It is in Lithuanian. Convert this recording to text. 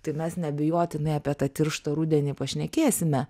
tai mes neabejotinai apie tą tirštą rudenį pašnekėsime